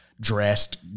dressed